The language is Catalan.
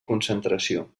concentració